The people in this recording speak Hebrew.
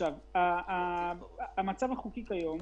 אנחנו לא מפקחים עליהן.